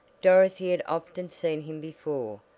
dorothy had often seen him before,